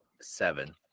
Seven